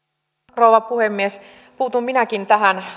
rouva puhemies puutun minäkin näihin